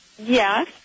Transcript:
Yes